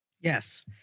Yes